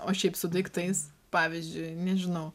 o šiaip su daiktais pavyzdžiui nežinau